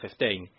2015